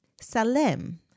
Salem